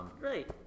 Right